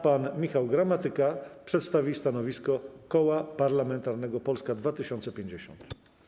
Pan Michał Gramatyka przedstawi stanowisko Koła Parlamentarnego Polska 2050.